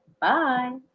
Bye